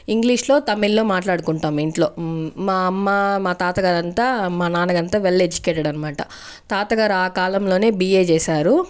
ఇంగ్లీష్లో తమిళ్లో మాట్లాడుకుంటాం ఇంట్లో మా అమ్మ మా తాత గారు అంతా మా నాన్న గారు అంతా వెల్ ఎడ్యుకేటెడ్ అనమాట తాత గారు ఆ కాలంలోనే బీఏ చేశారు